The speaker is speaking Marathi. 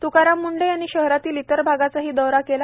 तुकाराम मुंढे यांनी शहरातील इतर भागाचाही दौरा केला